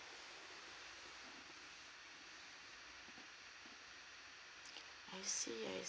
I see I